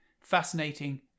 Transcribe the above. fascinating